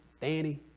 Danny